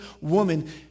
woman